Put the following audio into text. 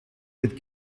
with